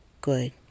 good